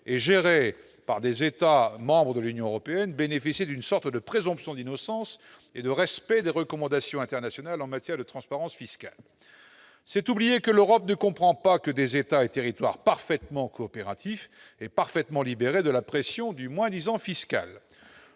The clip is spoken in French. et gérés par des États membres de l'Union européenne bénéficient d'une sorte de présomption d'innocence quant au respect des recommandations internationales en matière de transparence fiscale. C'est oublier que l'Europe ne comprend pas que des États et territoires parfaitement coopératifs et libérés de la pression du moins-disant fiscal.